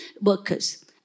workers